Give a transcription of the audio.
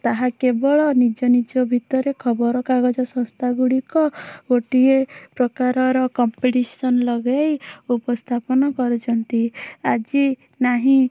ତାହା କେବଳ ନିଜ ନିଜ ଭିତରେ ଖବରକାଗଜ ସଂସ୍ଥା ଗୁଡ଼ିକ ଗୋଟିଏ ପ୍ରକାରର କମ୍ପିଟିସନ୍ ଲଗାଇ ଉପସ୍ଥାପନ କରୁଛନ୍ତି ଆଜି ନାହିଁ